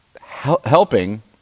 helping